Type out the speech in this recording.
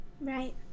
Right